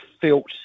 felt